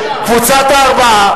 קבוצת הארבעה,